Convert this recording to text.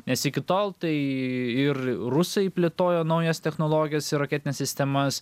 nes iki tol tai ir rusai plėtojo naujas technologijas raketines sistemas